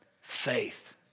Faith